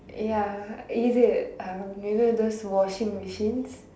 ya is it uh you know those washing machines